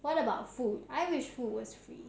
what about food I wish food was free